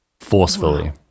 forcefully